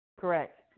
Correct